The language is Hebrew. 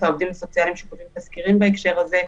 העובדים הסוציאליים שכותבים תזכירים בהקשר הזה,